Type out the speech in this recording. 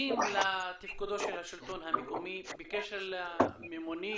שנוגעים לתפקודו של השלטון המקומי בקשר לממונים,